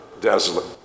desolate